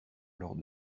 lors